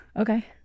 okay